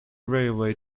railway